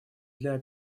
для